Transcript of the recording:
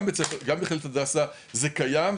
גם במכללת הדסה זה קיים,